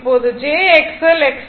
இப்போது j XL